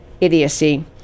idiocy